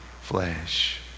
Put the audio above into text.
flesh